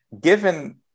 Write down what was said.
Given